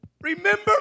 Remember